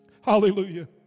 Hallelujah